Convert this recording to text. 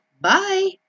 bye